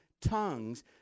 tongues